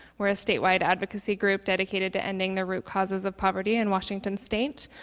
we're a statewide advocacy group dedicated to ending the root causes of poverty in washington state.